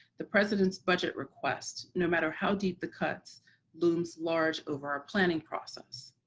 the president's budget request, no matter how deep the cuts looms large over our planning process.